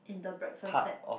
in the breakfast set